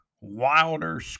wilder